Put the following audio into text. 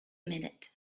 minute